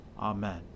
Amen